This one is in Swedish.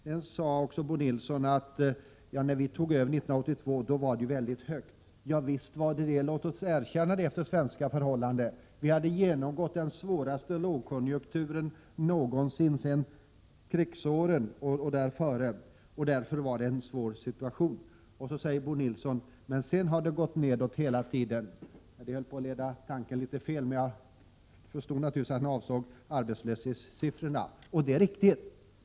Bo Nilsson sade att när ni tog över regeringsmakten 1982 var arbetslösheten mycket hög. Visst var den det. Låt oss erkänna att den var hög efter svenska förhållanden. Vi hade genomgått den svåraste lågkonjunkturen någonsin sedan krigsåren, och därför hade vi en svår situation. Bo Nilsson säger vidare: Sedan har det gått nedåt hela tiden. Det höll på att leda min tanke litet fel — men jag förstod naturligtvis att han avsåg arbetslöshetssiffrorna. Och det är riktigt.